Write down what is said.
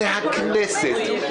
זו הכנסת.